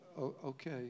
okay